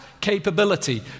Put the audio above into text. capability